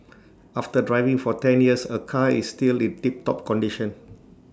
after driving for ten years her car is still in tiptop condition